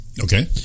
Okay